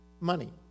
money